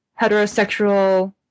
heterosexual